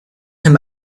him